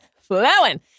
Flowing